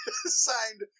signed